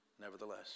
Nevertheless